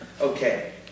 Okay